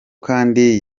kandi